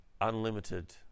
unlimited